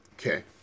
okay